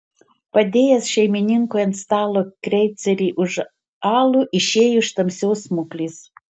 padėjęs šeimininkui ant stalo kreicerį už alų išėjo iš tamsios smuklės